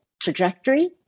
trajectory